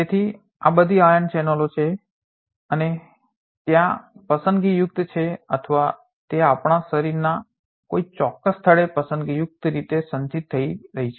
તેથી આ બધી આયનો ચેનલો છે અને ત્યાં પસંદગીયુક્ત છે અથવા તે આપણા શરીરના કોઈ ચોક્કસ સ્થળે પસંદગીયુક્ત રીતે સંચિત થઈ રહી છે